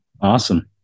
awesome